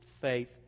faith